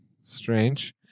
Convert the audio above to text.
strange